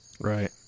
Right